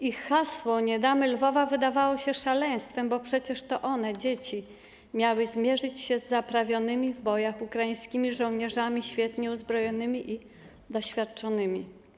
Ich hasło: nie damy Lwowa wydawało się szaleństwem, bo przecież to one, dzieci, miały zmierzyć się z zaprawionymi w bojach ukraińskimi żołnierzami, świetnie uzbrojonymi i doświadczonymi.